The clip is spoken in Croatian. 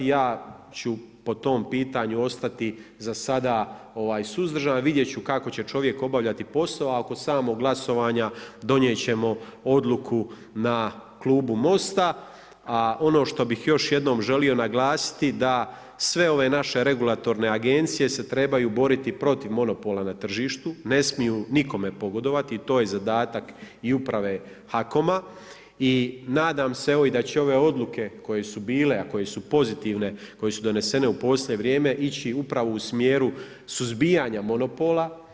Ja ću po tom pitanju ostati za sada suzdržan, vidjeti ću kako će čovjek obavljati posao, a kod samog glasovanja donijet ćemo odluku na klubu MOST-a, a ono što bih još jednom želio naglasiti da sve ove naše regulatorne agencije se trebaju boriti protiv monopola na tržištu, ne smiju nikome pogodovati, to je zadatak i Uprave HAKOM-a i nadam se evo, i da će ove odluke koje su bile, a koje su pozitivne, koje su donesene u posljednje vrijeme ići upravo u smjeru suzbijanja monopola.